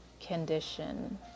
condition